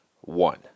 one